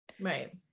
Right